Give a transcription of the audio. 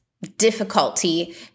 difficulty